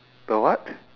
the what